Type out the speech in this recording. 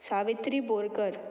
Savitri Borkar